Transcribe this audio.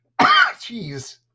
Jeez